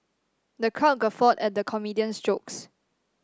the crowd guffawed at the comedian's jokes